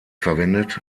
verwendet